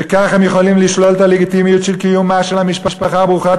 וכך הם יכולים לשלול את הלגיטימיות של המשפחה ברוכת